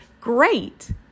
great